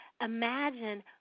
imagine